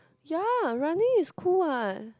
ya running is cool what